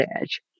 edge